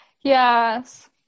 Yes